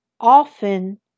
Often